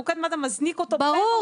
מוקד מד"א מזניק אותו -- ברור.